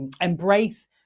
embrace